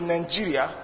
Nigeria